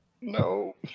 no